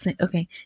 okay